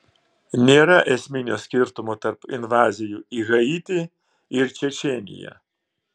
nėra esminio skirtumo tarp invazijų į haitį ir čečėniją